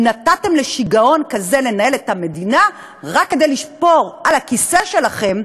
אם נתתם לשיגעון כזה לנהל את המדינה רק כדי לשמור על הכיסא שלכם,